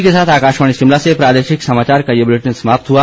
इसी के साथ आकाशवाणी शिमला से प्रादेशिक समाचार का ये बुलेटिन समाप्त हुआ